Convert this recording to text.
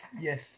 Yes